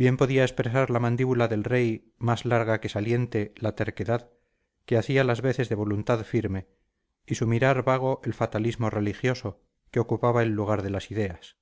bien podía expresar la mandíbula del rey más larga que saliente la terquedad que hacía las veces de voluntad firme y su mirar vago el fatalismo religioso que ocupaba el lugar de las ideas